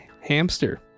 hamster